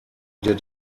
did